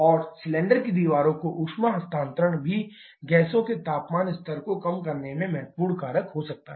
और सिलेंडर की दीवारों को ऊष्मा हस्तांतरण भी गैसों के तापमान स्तर को कम करने में महत्वपूर्ण कारक हो सकता है